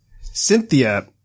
Cynthia